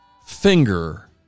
finger